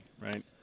right